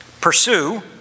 Pursue